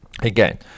again